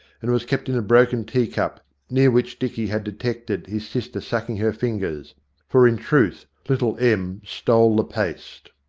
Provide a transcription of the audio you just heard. and it was kept in a broken tea-cup, near which dicky had detected his sister suck ing her fingers for in truth little em stole the paste.